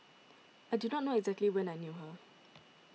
I do not know exactly when I knew her